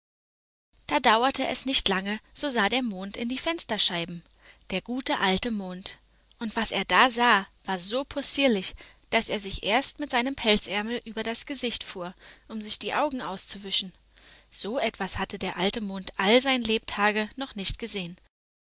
da dauerte es nicht lange so sah der mond in die fensterscheiben der gute alte mond und was er da sah war so possierlich daß er sich erst mit seinem pelzärmel über das gesicht fuhr um sich die augen auszuwischen so etwas hatte der alte mond all sein lebtag nicht gesehen